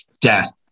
death